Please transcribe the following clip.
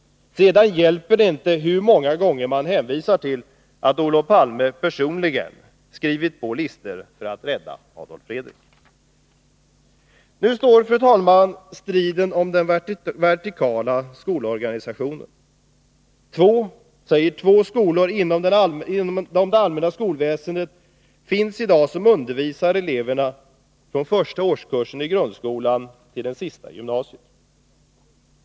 Sedan hjälper det inte hur många gånger man än hänvisar till att Olof Palme personligen skrivit på listor för att rädda Adolf Fredrik. Nu står, fru talman, striden om den vertikala skolorganisationen. Det är två skolor inom det allmänna skolväsendet som i dag undervisar eleverna från första årskursen i grundskolan till den sista i gymnasiet.